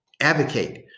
advocate